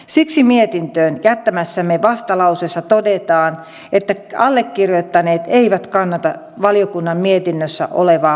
siksi mietintöön jättämässämme vastalauseessa todetaan että allekirjoittaneet eivät kannata valiokunnan mietinnössä olevaa mainintaa asiasta